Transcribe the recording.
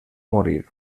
morir